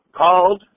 called